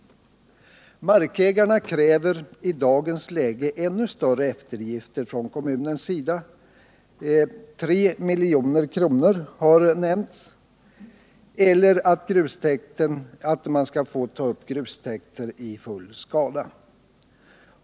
I dagens läge kräver markägarna ännu större eftergifter från kommunens sida, 3 milj.kr. har nämnts i sammanhanget, eller att man skall få ta upp grustäkter i full skala.